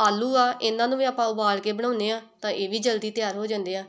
ਆਲੂ ਆ ਇਹਨਾਂ ਨੂੰ ਵੀ ਆਪਾਂ ਉਬਾਲ ਕੇ ਬਣਾਉਂਦੇ ਹਾਂ ਤਾਂ ਇਹ ਵੀ ਜਲਦੀ ਤਿਆਰ ਹੋ ਜਾਂਦੇ ਆ